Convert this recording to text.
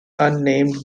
unnamed